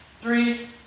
three